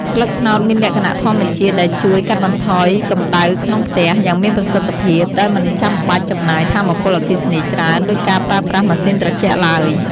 ស្លឹកត្នោតមានលក្ខណៈធម្មជាតិដែលជួយ កាត់បន្ថយកម្ដៅក្នុងផ្ទះ យ៉ាងមានប្រសិទ្ធភាព ដោយមិនចាំបាច់ចំណាយថាមពលអគ្គិសនីច្រើនដូចការប្រើប្រាស់ម៉ាស៊ីនត្រជាក់ឡើយ។